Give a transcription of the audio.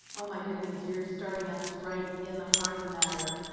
oh my goodness, you're starting us right in the heart of the matter.